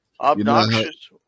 Obnoxious